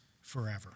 forever